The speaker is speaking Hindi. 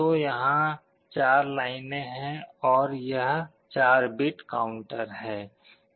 तो यहां 4 लाइनें हैं और यह 4 बिट काउंटर है